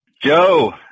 joe